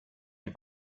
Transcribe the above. die